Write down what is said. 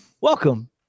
Welcome